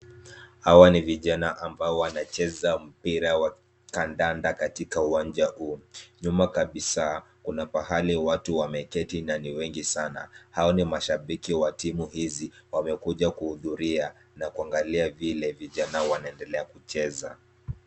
Hawa ni vijana ambao wanacheza mpira wa kandanda katika uwanja huu. Nyuma kabisa kuna pahali watu wameketi na ni wengi sana. Hao ni mashabiki wa timu hizi, wamekuja kuhudhuria na kuangalia vile vijana wanaendelea kucheza.